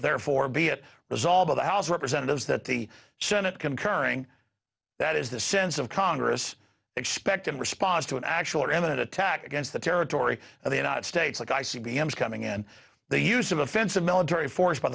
therefore be it resolved of the house of representatives that the senate concurring that is the sense of congress expected response to an actual or imminent attack against the territory of the united states like i c b m s coming in the use of offensive military force